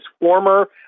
former